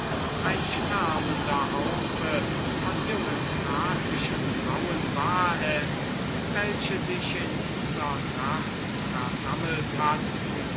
ein schwärmender haufen von jungen thracischen weibern war es welche von der orphischen wut begeistert sich in dieser nacht versammelt hatten